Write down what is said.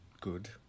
good